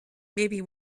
maybe